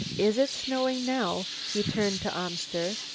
is it snowing now? he turned to arnster.